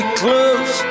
close